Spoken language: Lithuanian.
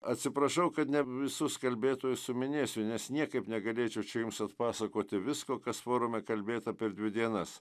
atsiprašau kad ne visus kalbėtojus suminėsiu nes niekaip negalėčiau čia jums atpasakoti visko kas forume kalbėta per dvi dienas